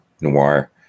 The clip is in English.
noir